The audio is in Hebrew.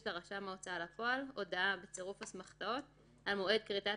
לרשם ההוצאה לפועל הודעה בצירוף אסמכתאות על מועד כריתת